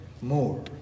more